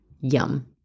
Yum